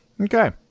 Okay